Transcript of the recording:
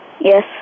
Yes